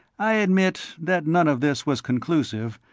i admit that none of this was conclusive,